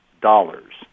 dollars